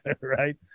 right